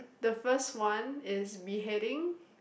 the first one is beheading